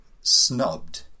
snubbed